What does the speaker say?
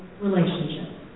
relationships